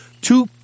Two